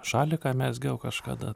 šaliką mezgiau kažkada